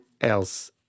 else